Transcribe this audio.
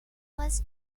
was